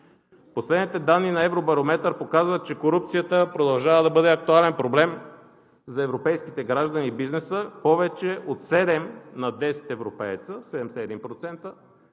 Последните данни на Евробарометър показват, че корупцията продължава да бъде актуален проблем за европейските граждани и бизнеса. Повече от седем на 10 европейци